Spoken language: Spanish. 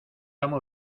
amo